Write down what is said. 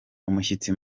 umushyitsi